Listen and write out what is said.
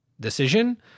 decision